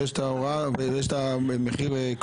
יבוא "הבריאות".